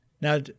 Now